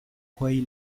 quei